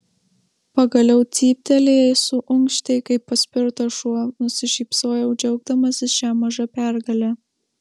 pagaliau cyptelėjai suunkštei kaip paspirtas šuo nusišypsojau džiaugdamasis šia maža pergale